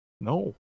No